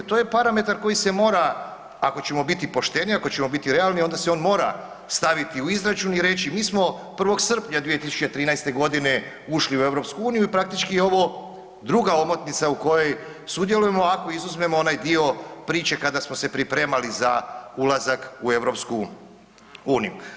To je parametar koji se mora, ako ćemo biti pošteni, ako ćemo biti realni, onda se on mora staviti u izračun i reći, mi smo 1. srpnja 2013. g. ušli u EU i praktički je ovo druga omotnica u kojoj sudjelujemo, ako izuzmemo onaj dio priče kada smo se pripremali za ulazak u EU.